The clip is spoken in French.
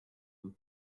vous